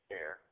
air